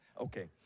Okay